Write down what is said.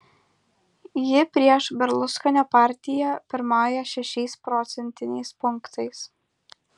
ji prieš berluskonio partiją pirmauja šešiais procentiniais punktais